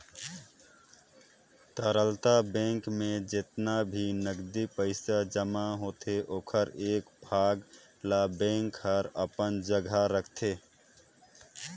तरलता बेंक में जेतना भी नगदी पइसा जमा होथे ओखर एक भाग ल बेंक हर अपन जघा राखतें